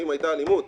האם היתה אלימות?